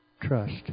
trust